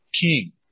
king